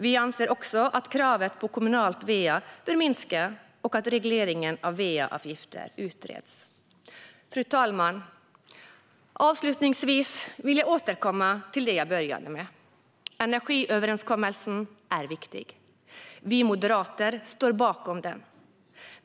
Vi anser också att kravet på kommunalt va-ansvar bör minska och att regleringen av va-avgifter utreds. Fru talman! Avslutningsvis vill jag återkomma till det jag började med: Energiöverenskommelsen är viktig. Vi moderater står bakom den.